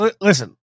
Listen